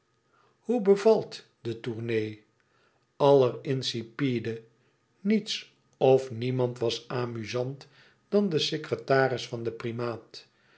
hoe bevalt je de tournée aller insipide niets of niemand was amuzant dan den secretaris van den primaat